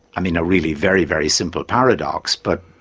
i mean a really very, very simple paradox, but